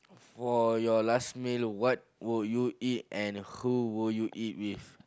for your last meal what will you eat and who will you eat with